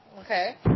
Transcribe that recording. Okay